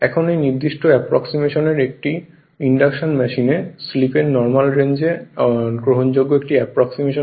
এখন এই নির্দিষ্ট অ্যাপ্রক্সিমেশন এর একটি ইন্ডাকশন মেশিনে স্লিপের নর্মাল রেঞ্জ এ বেশ গ্রহণযোগ্য একটি অ্যাপ্রক্সিমেশন হয়